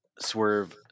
Swerve